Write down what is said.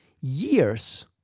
years